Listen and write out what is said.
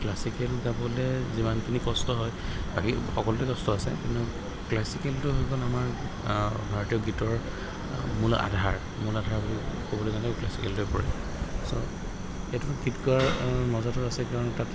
classical গাবলৈ যিমানখিনি কষ্ট হয় বাকী সকলোতে কষ্ট আছে কিন্তু ক্লাছিকেলটো হৈ গ'ল আমাৰ ভাৰতীয় গীতৰ মূল আধাৰ মূল আধাৰ বুলি ক'বলৈ গ'লে ক্লাছিকেলটোৱে পৰে চ' এইটো গীত গোৱাৰ মজাটো আছে কাৰণ তাত